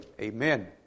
amen